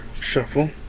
Shuffle